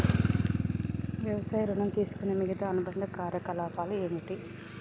వ్యవసాయ ఋణం తీసుకునే మిగితా అనుబంధ కార్యకలాపాలు ఏమిటి?